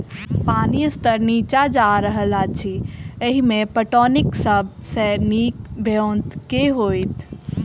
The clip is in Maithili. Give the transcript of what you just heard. पानि स्तर नीचा जा रहल अछि, एहिमे पटौनीक सब सऽ नीक ब्योंत केँ होइत?